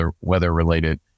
weather-related